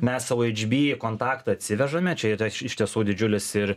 mes ohb kontaktą atsivežame čia yra iš tiesų didžiulis ir